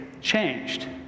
changed